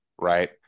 right